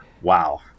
wow